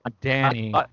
Danny